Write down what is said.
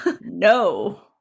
no